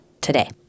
today